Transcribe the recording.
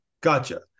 Gotcha